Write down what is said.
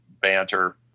banter